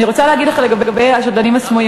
אני רוצה להגיד לך לגבי השדלנים הסמויים,